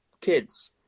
kids